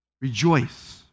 Rejoice